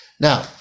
Now